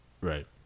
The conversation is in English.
Right